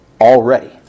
Already